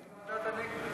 מה עם ועדת הנגבי?